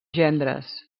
gendres